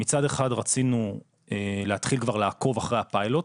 מצד אחד רצינו להתחיל כבר לעקוב אחרי הפיילוט,